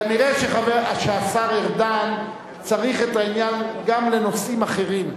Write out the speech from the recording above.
כנראה השר ארדן צריך את העניין גם לנושאים אחרים.